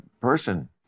person